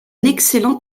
excellent